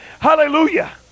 hallelujah